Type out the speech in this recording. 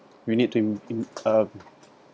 you need to im~ im~ uh